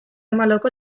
hamalauko